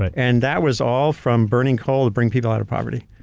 ah and that was all from burning coal to bring people out of poverty.